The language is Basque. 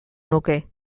nuke